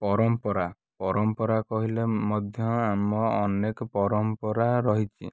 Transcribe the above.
ପରମ୍ପରା ପରମ୍ପରା କହିଲେ ମଧ୍ୟ ଆମ ଅନେକ ପରମ୍ପରା ରହିଛି